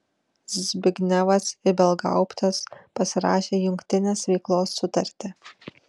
zbignevas ibelgauptas pasirašė jungtinės veiklos sutartį